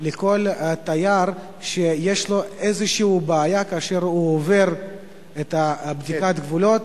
לכל תייר שיש לו איזו בעיה כאשר הוא עובר את בדיקת הגבולות.